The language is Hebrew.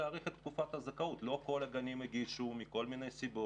יש להאריך את תקופת הזכאות על מנת שכל הגנים יוכלו ליהנות ממנו.